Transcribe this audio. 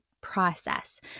process